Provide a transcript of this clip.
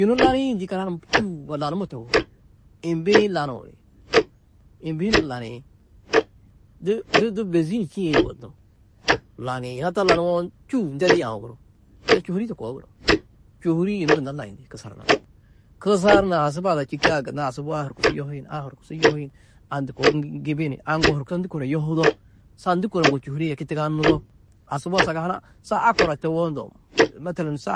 Yunu laniĩ ndî karaha numa čû du wallanummo tohoo, imbi-ĩ lanuũ ni, imbi hunã laniĩ, du du bênzin čî ye yugonnú laniĩ yina taa lanuũwo, čuuw ndedi aũ guru, la čôhuri-ĩ to koo gunú, čôhuri-ĩ yunu gunna layini kusar hunã, kusar hunã asuba ada čîkã gunna; asubu a horkusu yohiin, a horkusu yohiin a ndu koo gibi ni? A ŋgo horkusa ndû kora yohudo? Sa ndû kora ŋgo čôhuri-ĩ yerči tagannudo? Asubu a sagahuna sa a kora tewo ndo metelen sa